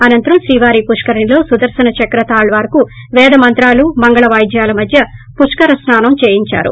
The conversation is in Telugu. అనంతరం శ్రీవారి పుష్కరిణిలో సుదర్పన చక్ర తాళ్వార్ కు ్ పేద మంత్రాలు మంగళ వాయిద్యాల మధ్య పుష్కర స్నా నం చేయించారు